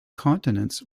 continents